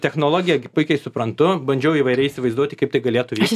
technologiją puikiai suprantu bandžiau įvairiai įsivaizduoti kaip tai galėtų vykti